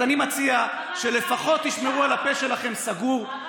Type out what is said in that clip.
אז אני מציע שלפחות תשמרו על הפה שלכם סגור,